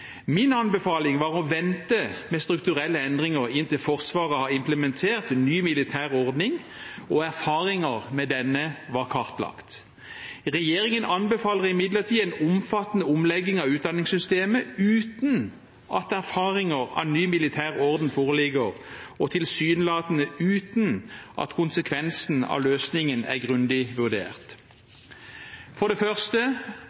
anbefaling var å vente med strukturelle endringer inntil Forsvaret har implementert ny militær ordning og erfaringer med denne var kartlagt. Regjeringen anbefaler imidlertid en omfattende omlegging av utdanningssystemet uten at erfaringer av ny militær ordning foreligger og tilsynelatende uten at konsekvensen av løsningen er grundig vurdert.» For det første: